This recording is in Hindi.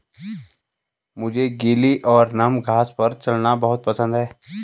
मुझे गीली और नम घास पर चलना बहुत पसंद है